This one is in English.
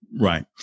Right